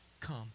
come